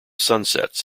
sunsets